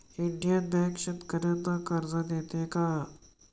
Indian Bank शेतकर्यांना कर्ज देते का?